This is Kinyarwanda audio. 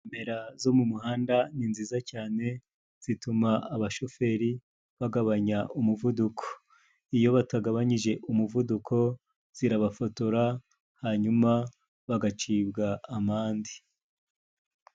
Kamera zo mu muhanda ni nziza cyane, zituma abashoferi bagabanya umuvuduko. Iyo batagabanyije umuvuduko, zirabafotora hanyuma bagacibwa amande.